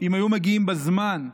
אם היו מגיעים בזמן,